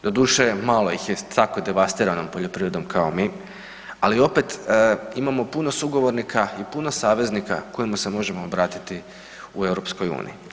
Doduše, malo ih s tako devastiranom poljoprivredom kao mi, ali opet, imamo puno sugovornika i puno saveznika kojima se možemo obratiti u EU.